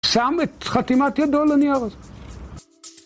שם את חתימת ידו על הנייר הזה